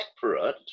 Separate